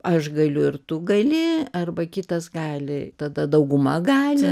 aš galiu ir tu gali arba kitas gali tada dauguma gali